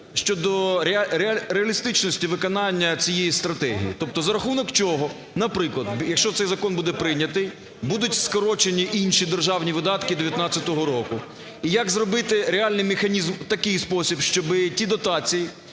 щодо реалістичності виконання цієї стратегії? Тобто за рахунок чого, наприклад, якщо цей закон буде прийнятий, будуть скорочені інші державні видатки 2019 року. І як зробити реальний механізм в такий спосіб, щоб ті дотації